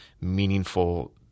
meaningful